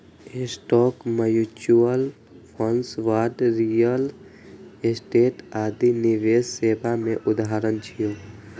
stock, mutual fund, bond, real estate आदि निवेश सेवा के उदाहरण छियै